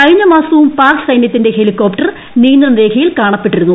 കഴിഞ്ഞ മാസവും പാക്സൈന്യത്തിന്റെ ഹെലികോപ്റ്റർ നിയന്ത്രണ രേഖയിൽ കാണപ്പെട്ടിരുന്നു